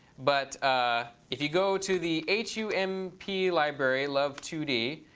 but ah if you go to the h u m p library, love two d,